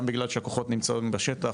גם בגלל שהכוחות נמצאים בשטח,